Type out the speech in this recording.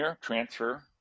transfer